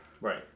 Right